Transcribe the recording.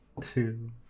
two